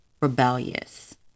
rebellious